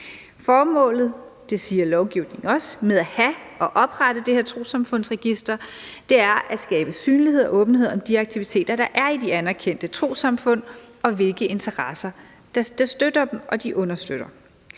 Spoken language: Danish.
Formålet, det siger lovgivningen, med at have og oprette det her trossamfundsregister er at skabe synlighed og åbenhed om de aktiviteter, der er i de anerkendte trossamfund, hvilke interesser der støtter dem, og hvilke de understøtter.